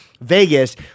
Vegas